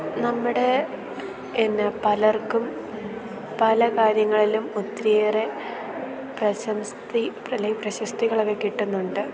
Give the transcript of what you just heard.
നമ്മുടെ പിന്നെ പലർക്കും പല കാര്യങ്ങളിലും ഒത്തിരിയേറെ പ്രശസ്തി അല്ലെങ്കിൽ പ്രശസ്തികളൊക്കെ കിട്ടുന്നുണ്ട്